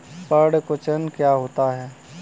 पर्ण कुंचन क्या होता है?